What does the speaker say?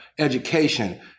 education